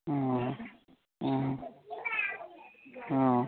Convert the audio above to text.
ꯑꯣ ꯑꯣ ꯑꯥ